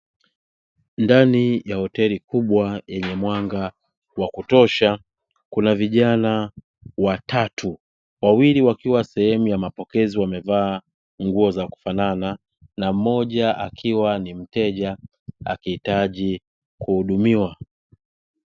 Ndani ya hoteli kubwa yenye mwanga wa kutosha kuna vijana watatu, wawili wakiwa sehemu ya mapokezi wamevaa nguo za kufanana na mmoja akiwa ni mteja akihitaji kuhudumiwa.